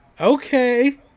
Okay